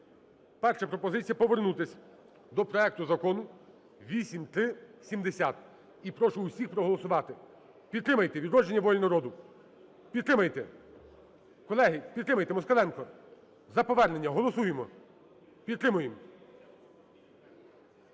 Перша пропозиція – повернутися до проекту закону 8370, і прошу усіх проголосувати. Підтримайте, "Відродження" і "Воля народу". Підтримайте. Колеги, підтримайте! Москаленко! За повернення голосуємо. Підтримуєм.